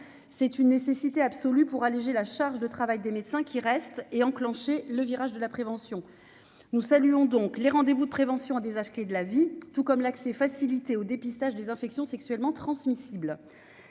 c'est une nécessité absolue pour alléger la charge de travail des médecins qui reste est enclenché le virage de la prévention, nous saluons donc les rendez-vous de prévention des âges de la vie, tout comme l'accès facilité au dépistage des infections sexuellement transmissibles,